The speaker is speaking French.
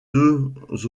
deux